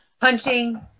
punching